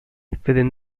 within